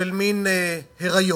של מין היריון,